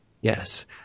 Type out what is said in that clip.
Yes